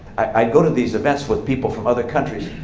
i go to these events with people from other countries.